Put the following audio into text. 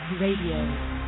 Radio